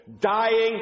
dying